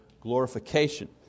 glorification